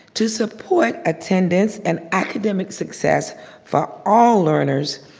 to support attendance and academic success for all learners,